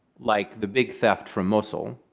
like the big theft from mosul,